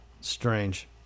Strange